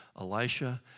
Elisha